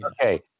okay